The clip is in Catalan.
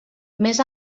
més